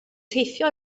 teithio